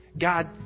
God